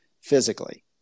physically